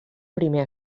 primer